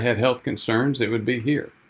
health concerns, it would be here.